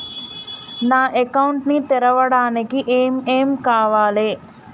నా అకౌంట్ ని తెరవడానికి ఏం ఏం కావాలే?